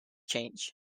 change